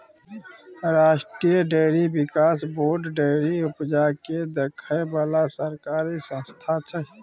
राष्ट्रीय डेयरी बिकास board dairy उपजा केँ देखै बला सरकारी संस्था छै